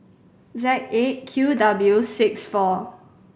Z Eight Q W six four